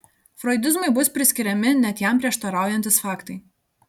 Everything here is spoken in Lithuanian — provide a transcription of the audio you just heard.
froidizmui bus priskiriami net jam prieštaraujantys faktai